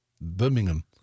Birmingham